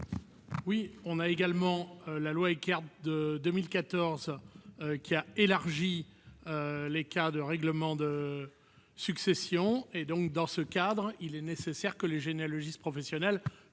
maintenu ? La loi Eckert de 2014 a élargi les cas de règlement de succession. Dans ce cadre, il est nécessaire que les généalogistes professionnels